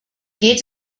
geht